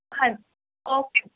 ਹਾਂਜੀ ਓਕੇ